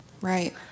Right